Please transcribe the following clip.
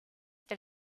del